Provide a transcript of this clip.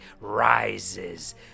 rises